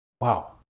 wow